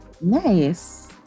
nice